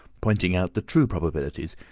pointing out the true probabilities,